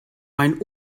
mein